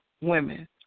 women